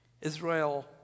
Israel